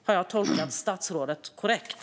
Har jag tolkat statsrådet korrekt?